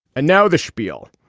and now the spiel